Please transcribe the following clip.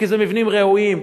כי אלה מבנים רעועים,